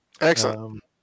Excellent